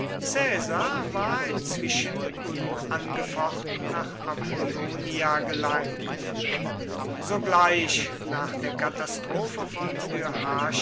war inzwischen unangefochten nach apollonia gelangt sogleich nach der katastrophe von